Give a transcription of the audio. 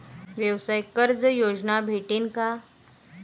व्यवसाय कर्ज योजना भेटेन का?